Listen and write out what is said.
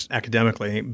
academically